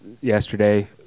yesterday